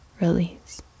release